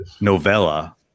novella